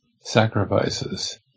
sacrifices